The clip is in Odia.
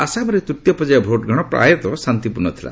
ଆସାମରେ ତୂତୀୟ ପର୍ଯ୍ୟାୟ ଭୋଟଗ୍ରହଣ ପ୍ରାୟତଃ ଶାନ୍ତିପୂର୍ଣ୍ଣ ଥିଲା